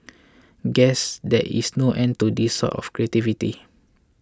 guess there is no end to this sort of creativity